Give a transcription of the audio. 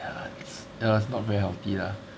ya it's not very healthy lah